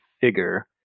figure